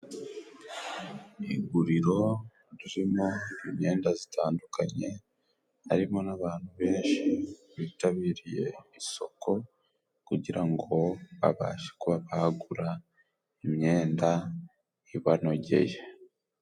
Iguriro ririmo imyenda zitandukanye, harimo n'abantu benshi bitabiriye isoko, kugira ngo babashe kubabagura imyenda ibanogeye.